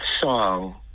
song